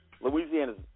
Louisiana's